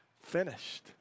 finished